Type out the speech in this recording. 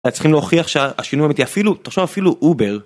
היו צריכים להוכיח שהשינוי האמיתי. אפילו, תחשוב אפילו אובר.